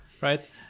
right